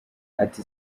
ati